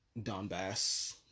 donbass